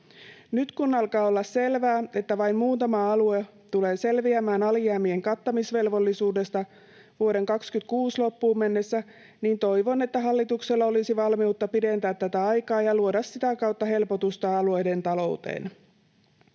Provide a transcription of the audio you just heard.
Nyt kun alkaa olla selvää, että vain muutama alue tulee selviämään alijäämien kattamisvelvollisuudesta vuoden 26 loppuun mennessä, niin toivon, että hallituksella olisi valmiutta pidentää tätä aikaa ja luoda sitä kautta helpotusta alueiden talouteen.